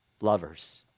Lovers